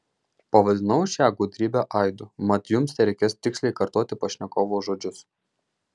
pavadinau šią gudrybę aidu mat jums tereikės tiksliai kartoti pašnekovo žodžius